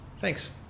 Thanks